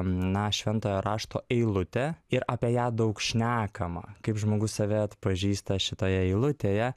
na šventojo rašto eilutė ir apie ją daug šnekama kaip žmogus save atpažįsta šitoje eilutėje